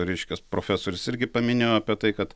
reiškias profesorius irgi paminėjo apie tai kad